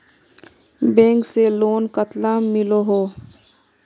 Bank से loan कतला मिलोहो?